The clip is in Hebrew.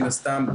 מן הסתם,